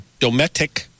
Dometic